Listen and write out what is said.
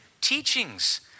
teachings